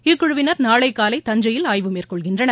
இக்குழுவினர் நாளை காலை தஞ்சையில் ஆய்வு மேற்கொள்கின்றனர்